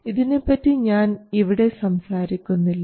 ഇതിനെപ്പറ്റി ഞാൻ ഇവിടെ സംസാരിക്കുന്നില്ല